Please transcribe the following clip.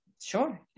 Sure